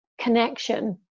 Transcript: connection